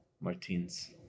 martins